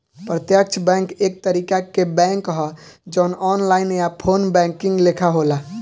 प्रत्यक्ष बैंक एक तरीका के बैंक ह जवन ऑनलाइन या फ़ोन बैंकिंग लेखा होला